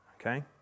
Okay